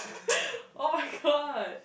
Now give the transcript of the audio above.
oh my god